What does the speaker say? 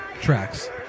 tracks